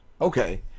okay